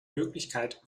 möglichkeit